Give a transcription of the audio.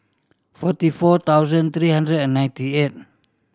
forty four thousand three hundred and ninety eight